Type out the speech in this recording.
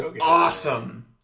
awesome